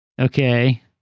Okay